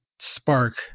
spark